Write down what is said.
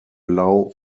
allow